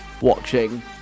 Watching